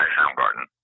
Soundgarden